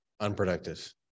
Unproductive